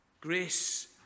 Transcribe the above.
Grace